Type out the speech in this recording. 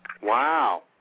Wow